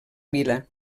vila